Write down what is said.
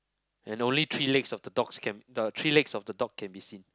and only three legs of the dogs can the three legs of the dog can be seen